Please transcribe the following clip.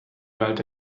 galt